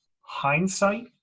hindsight